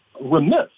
remiss